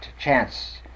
chance